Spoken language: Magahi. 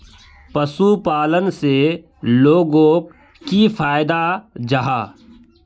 पशुपालन से लोगोक की फायदा जाहा?